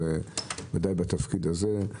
בוודאי בתפקיד הזה.